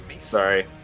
Sorry